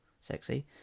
Sexy